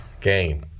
game